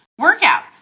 workouts